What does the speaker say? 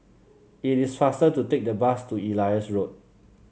it is faster to take the bus to Elias Road